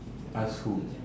ask who